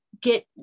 get